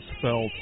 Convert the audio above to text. felt